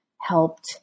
helped